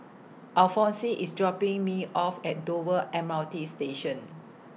Alfonse IS dropping Me off At Dover M R T Station